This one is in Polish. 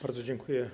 Bardzo dziękuję.